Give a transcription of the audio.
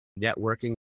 networking